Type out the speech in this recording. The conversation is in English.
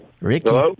Ricky